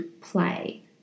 play